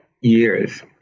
years